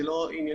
זה לא ענייני.